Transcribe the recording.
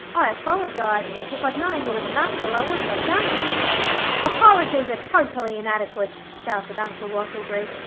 i apologize. if i'd known you was an uncle i wouldn't have done it apologies are totally inadequate shouted uncle wattleberry.